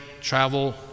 travel